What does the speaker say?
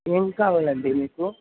ఏం కావాలండి మీకు